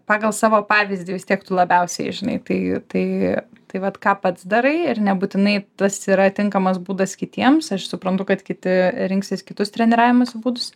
pagal savo pavyzdį vis tiek tu labiausiai žinai tai tai tai vat ką pats darai ir nebūtinai tas yra tinkamas būdas kitiems aš suprantu kad kiti rinksis kitus treniravimosi būdus